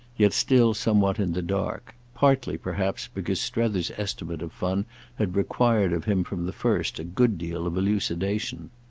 yet still somewhat in the dark partly perhaps because strether's estimate of fun had required of him from the first a good deal of elucidation.